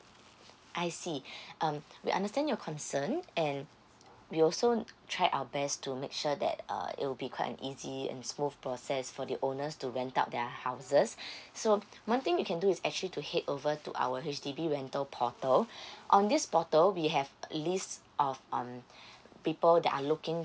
I see um we understand your concern and we also try our best to make sure that uh it will be quite an easy and smooth process for the owners to rent out their houses so one thing you can do is actually to head over to our H_D_B rental portal on this portal we have a list of um people that are looking